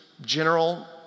general